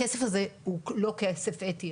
הכסף הזה הוא לא כסף אתי,